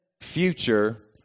future